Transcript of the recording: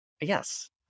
yes